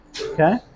Okay